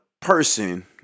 Person